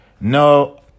No